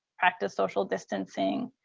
practice social distancing,